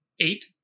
Eight